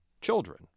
children